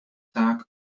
taak